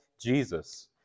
Jesus